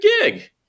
gig